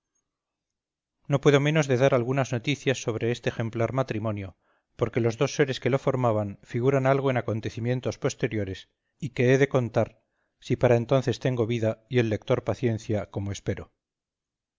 no puedo menos de dar algunas noticias sobre este ejemplar matrimonio porque los dos seres que lo formaban figuran algo en acontecimientos posteriores y que he de contar si para entonces tengo vida y el lector paciencia como espero